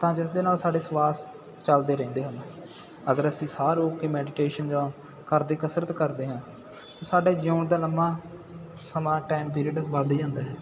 ਤਾਂ ਜਿਸ ਦੇ ਨਾਲ ਸਾਡੇ ਸਵਾਸ ਚਲਦੇ ਰਹਿੰਦੇ ਹਨ ਅਗਰ ਅਸੀਂ ਸਾਹ ਰੋਕ ਕੇ ਮੈਡੀਟੇਸ਼ਨ ਜਾਂ ਕਰਦੇ ਕਸਰਤ ਕਰਦੇ ਹਾਂ ਸਾਡੇ ਜਿਉਣ ਦਾ ਲੰਮਾ ਸਮਾਂ ਟਾਈਮ ਪੀਰੀਅਡ ਵੱਧ ਜਾਂਦਾ ਹੈ